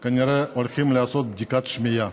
הם כנראה הולכים לעשות בדיקת שמיעה.